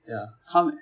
ya how many